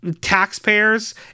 Taxpayers